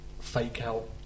fake-out